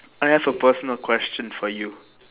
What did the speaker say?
I have a personal question for you